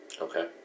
okay